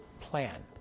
plan